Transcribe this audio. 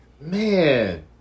Man